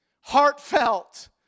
Heartfelt